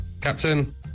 Captain